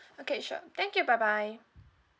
okay sure thank you bye bye